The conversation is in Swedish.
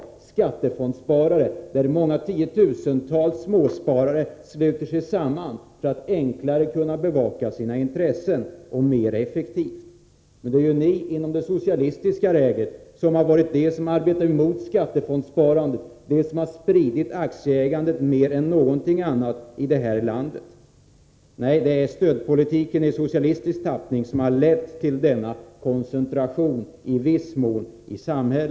När det gäller skattefondssparandet har många tiotusentals småsparare slutit sig samman för att enklare och mera effektivt kunna bevaka sina intressen. Det är ni inom det socialistiska lägret som har arbetat emot skattefondssparandet. Skattefondssparandet har spridit aktieägandet i det här landet mer än någonting annat. Det är i stället stödpolitiken i socialistisk tappning som har lett till en koncentration.